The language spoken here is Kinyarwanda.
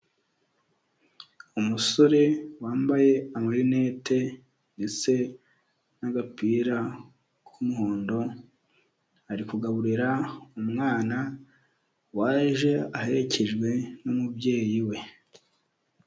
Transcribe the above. Umusore wambaye amarinete ndetse n'agapira k'umuhondo, ari kugaburira umwana waje aherekejwe n'umubyeyi we.